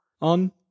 on